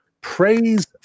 Praise